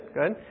good